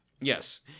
Yes